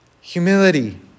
humility